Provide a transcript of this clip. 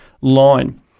line